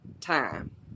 time